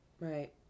right